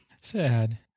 Sad